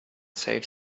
save